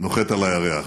נוחת על הירח.